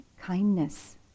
kindness